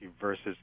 versus